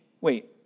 wait